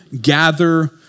gather